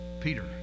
Peter